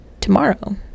tomorrow